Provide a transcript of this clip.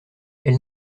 elle